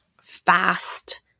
fast